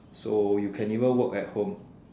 so you can even work at home